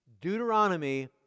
Deuteronomy